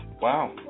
wow